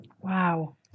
Wow